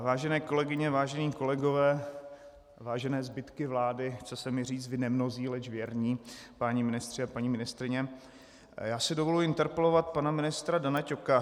Vážené kolegyně, vážení kolegové, vážené zbytky vlády, chce se mi říct vy nemnozí, leč věrní páni ministři a paní ministryně, já si dovoluji interpelovat pana ministra Dana Ťoka.